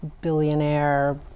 billionaire